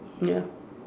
ya